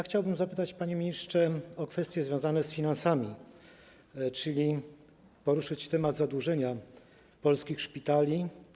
Chciałbym zapytać, panie ministrze, o kwestie związane z finansami, czyli poruszyć temat zadłużenia polskich szpitali.